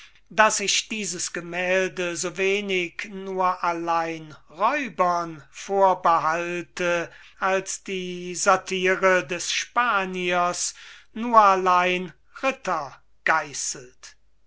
daß ich dieses gemählde so wenig nur allein räubern vorhalte als die satyre des spaniers nur allein ritter